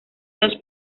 dos